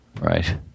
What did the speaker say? Right